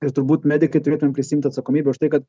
ir turbūt medikai turėtumėm prisiimt atsakomybę už tai kad